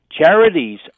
Charities